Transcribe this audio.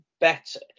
better